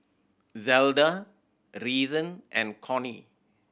Zelda Reason and Cornie